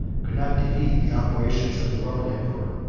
could not defeat the operations of the roman emperor,